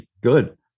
good